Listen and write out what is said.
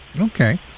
Okay